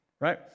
right